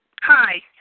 hi